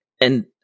And-